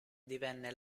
divenne